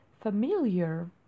familiar